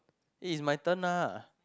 eh it's my turn ah